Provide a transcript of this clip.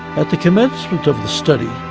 at the commencement of the study,